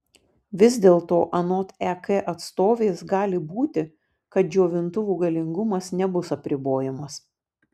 vis dėlto anot ek atstovės gali būti kad džiovintuvų galingumas nebus apribojamas